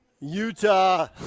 Utah